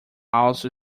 also